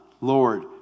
Lord